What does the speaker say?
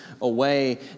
away